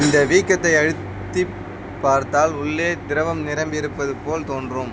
இந்த வீக்கத்தை அழுத்திப் பார்த்தால் உள்ளே திரவம் நிரம்பி இருப்பது போல் தோன்றும்